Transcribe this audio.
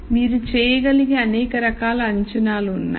మీరు చేయగలిగే అనేక రకాల అంచనాలు ఉన్నాయి